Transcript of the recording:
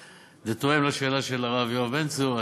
זה תואם את השאלה של הרב יואב בן צור.